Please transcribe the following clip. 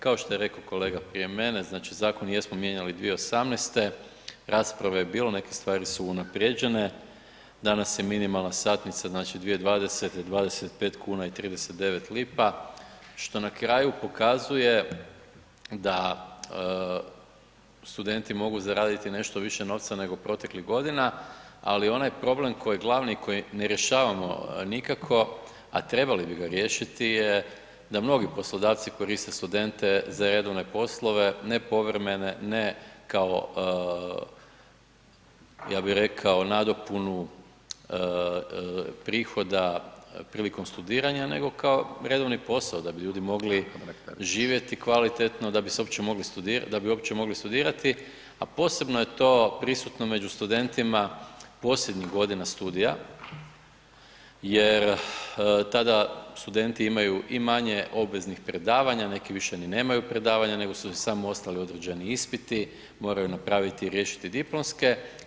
Kao što je rekao kolega prije mene, znači zakon jesmo mijenjali 2018., rasprave je bilo, neke stvari su unaprijeđene, danas je minimalna satnica 2020. 25,39 lipa što na kraju pokazuje da studenti mogu zaraditi nešto više novca nego proteklih godina, ali onaj problem koji je glavni koji ne rješavamo nikako, a trebali bi ga riješiti je da mnogi poslodavci koriste studente za redovne poslove, ne povremene, ne kao ja bih rekao nadopunu prihoda prilikom studiranja nego kao redovni posao da bi ljudi mogli živjeti kvalitetno, da bi uopće mogli studirati, a posebno je to prisutno među studentima posljednjih godina studija jer tada studenti imaju i manje obveznih predavanja, neki više ni nemaju predavanja nego su im ostali samo određeni ispiti, moraju napraviti i riješiti diplomske.